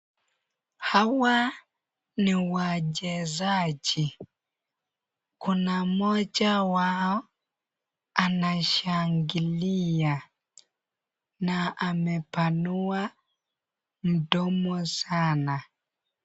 Hawa ni wachezaji. Kuna moja wao anashangilia na amepanua mdomo sana.